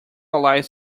lies